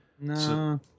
No